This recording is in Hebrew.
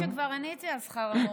אני חושבת שכבר עניתי על שכר המורים.